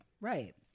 Right